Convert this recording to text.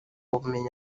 bumenyi